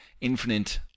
infinite